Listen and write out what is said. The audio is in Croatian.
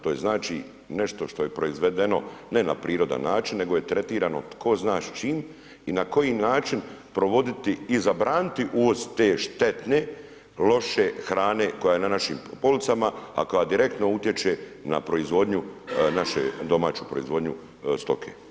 To je znači nešto što je proizvedeno ne na prirodan način, nego je tretirano ko zna s čim i na koji način provoditi i zabraniti uvoz te štetne, loše hrane, koja je na našim policama, a koja direktno utječe na proizvodnju, našu domaću proizvodnju stoke.